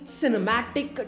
cinematic